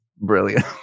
Brilliant